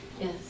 Yes